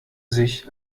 sich